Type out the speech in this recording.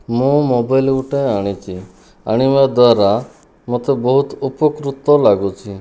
ମୁଁ ମୋବାଇଲ୍ ଗୋଟିଏ ଆଣିଛି ଆଣିବା ଦ୍ୱାରା ମୋତେ ବହୁତ ଉପକୃତ ଲାଗୁଛି